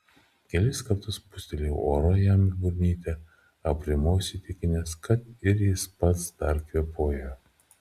kelis kartus pūstelėjau oro jam į burnytę aprimau įsitikinęs kad ir jis pats dar kvėpuoja